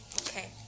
Okay